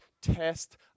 test